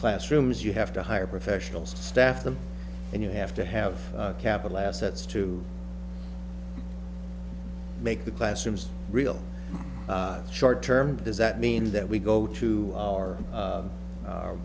classrooms you have to hire professional staff them and you have to have capital assets to make the classrooms real short term does that mean that we go to our